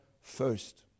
first